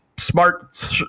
Smart